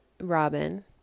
Robin